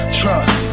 trust